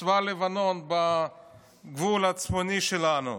צבא לבנון, בגבול הצפוני שלנו.